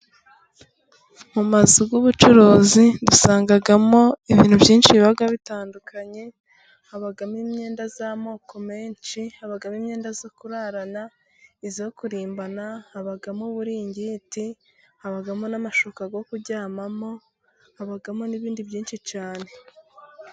Mumazu y'ubucuruzi dusangamo ibintu byinshi biba bitandukanye, habamo imyenda y'amoko menshi, abagabomo imyenda yo kurarana, iyo kurimbana, habamo uburingiti ,habamo n'amashuka yo kuryamamo, habamo n'ibindi byinshi cyane.